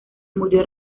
murió